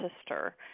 sister